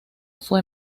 fue